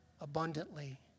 abundantly